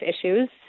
issues